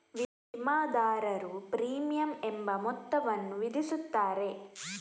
ವಿಮಾದಾರರು ಪ್ರೀಮಿಯಂ ಎಂಬ ಮೊತ್ತವನ್ನು ವಿಧಿಸುತ್ತಾರೆ